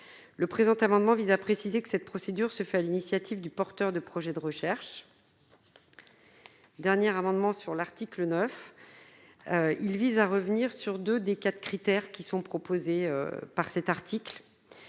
le présent amendement vise à préciser que cette procédure se fait à l'initiative du porteur de projet de recherche dernière amendements sur l'article 9, il vise à revenir sur 2 des 4 critères qui sont proposés par cet article